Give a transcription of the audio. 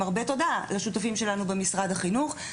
הרבה תודה לשותפים שלנו במשרד החינוך,